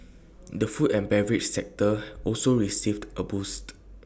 the food and beverage sector also received A boost